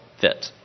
fit